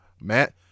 Matt